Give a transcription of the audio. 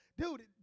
Dude